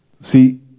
See